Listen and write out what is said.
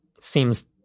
seems